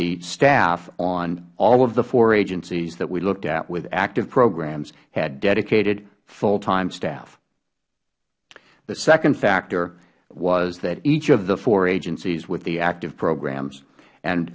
the staff on all of the four agencies that we looked at with active programs had dedicated full time staff the second factor was that each of the four agencies with the active programs and